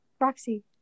Roxy